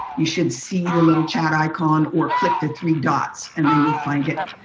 you should see the little chat icon or click the three dots and then you'll find it.